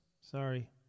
sorry